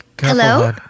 Hello